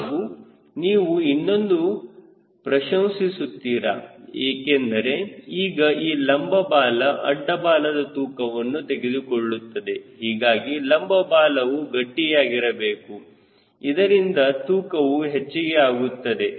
ಹಾಗೂ ನೀವು ಇನ್ನೊಂದು ಪ್ರಶಂಶಿಸುತ್ತೀರಾ ಏಕೆಂದರೆ ಈಗ ಈ ಲಂಬ ಬಾಲ ಅಡ್ಡ ಬಾಲದ ತೂಕವನ್ನು ತೆಗೆದುಕೊಳ್ಳುತ್ತದೆ ಹೀಗಾಗಿ ಲಂಬ ಬಾಲವು ಗಟ್ಟಿಯಾಗಿರಬೇಕು ಇದರಿಂದ ತೂಕವು ಹೆಚ್ಚಿಗೆ ಆಗುತ್ತದೆ